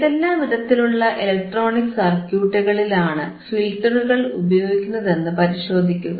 ഏതെല്ലാം വിധത്തിലുള്ള ഇലക്ട്രോണിക് സർക്യൂട്ടുകളിലാണ് ഫിൽറ്ററുകൾ ഉപയോഗിക്കുന്നതെന്ന് പരിശോധിക്കുക